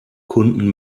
kunden